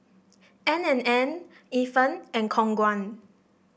N and N Ifan and Khong Guan